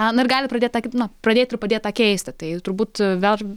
na ir gali pradėt tą kaip na pradėti padėt tą keisti tai turbūt vėl